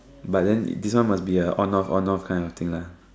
but then this one must be a on-off on-off kind of thing lah